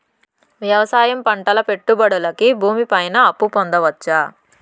వ్యవసాయం పంటల పెట్టుబడులు కి భూమి పైన అప్పు పొందొచ్చా?